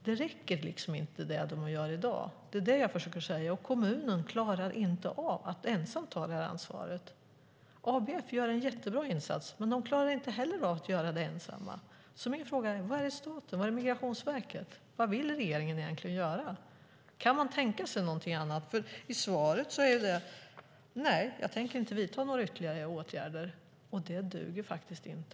Det man gör i dag räcker inte, och kommunen klarar inte av att ensam ta ansvaret. ABF gör en jättebra insats, men de klarar inte heller av att göra det ensamma. Min fråga är: Var är staten, var är Migrationsverket, vad vill regeringen egentligen göra? Jag undrar om man kan tänka sig att göra någonting annat, för svaret på interpellationen är: Nej, jag tänker inte vidta några ytterligare åtgärder. Och det duger faktiskt inte.